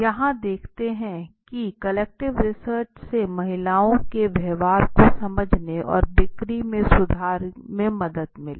यहाँ हमने देखा की क्वालिटेटिव रिसर्च से महिलाओं के व्यवहार को समझने और बिक्री में सुधार में मदद मिली